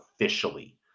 officially